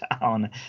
down